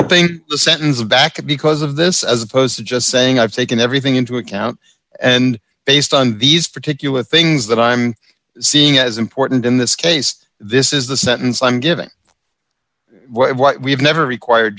i think the sentence back up because of this as opposed to just saying i've taken everything into account and based on these particular things that i'm seeing as important in this case this is the sentence i'm giving what we've never required